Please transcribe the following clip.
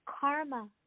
karma